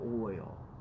oil